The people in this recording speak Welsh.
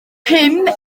pum